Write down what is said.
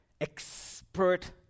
Expert